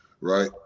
right